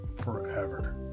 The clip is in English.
forever